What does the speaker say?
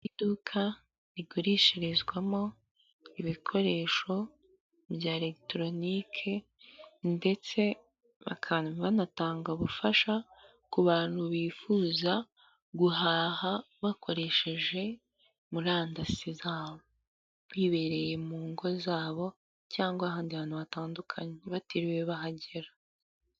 Iduka rigurishirizwamo ibikoresho bya elegitoronike ndetse bakaba banatanga ubufasha ku bantu bifuza guhaha bakoresheje murandasi zabo, bibereye mu ngo zabo cyangwa ahandi hantu hatandukanye batiriwe bahagera.